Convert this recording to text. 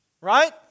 Right